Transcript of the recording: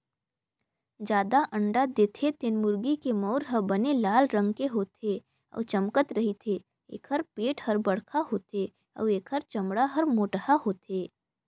जादा अंडा देथे तेन मुरगी के मउर ह बने लाल रंग के होथे अउ चमकत रहिथे, एखर पेट हर बड़खा होथे अउ एखर चमड़ा हर मोटहा होथे